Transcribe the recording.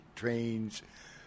trains